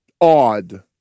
odd